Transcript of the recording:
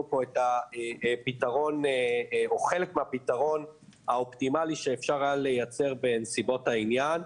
פה את הפתרון או חלק מהפתרון האופטימלי שאפשר היה לייצר בנסיבות העניין.